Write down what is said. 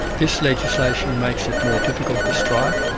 this legislation makes it more difficult to strike,